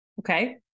Okay